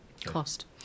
Cost